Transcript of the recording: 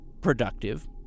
productive